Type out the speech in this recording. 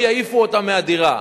או שיעיפו אותם מהדירה.